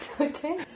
okay